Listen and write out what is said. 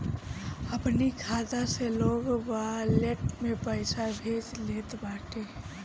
अपनी खाता से लोग वालेट में पईसा भेज लेत बाटे